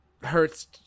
hurts